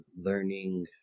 learning